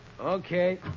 Okay